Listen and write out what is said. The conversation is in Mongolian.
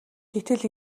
гэтэл